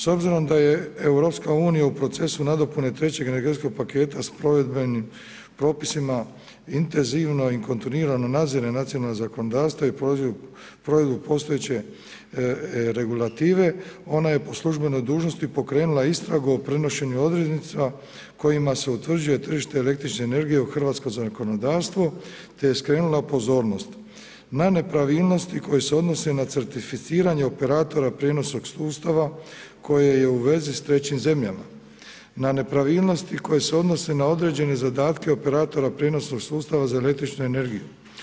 S obzirom da je EU u procesu nadopune 3. elektroenergetskog paketa s provedbenim propisima intenzivno i kontinuirano nadzire nacionalno zakonodavstvo i provedbu postojeće regulative, ona je po službenoj dužnosti pokrenula istragu o prenošenju odrednica kojima se utvrđuje tržište električne energije u hrvatsko zakonodavstvo te je skrenula pozornost na nepravilnosti koje se odnose na certificiranje operatora prijenosnog sustava koje je u vezi s trećim zemljama, na nepravilnosti koje se odnose na određene zadatke operatora prijenosnog sustava za električnu energiju.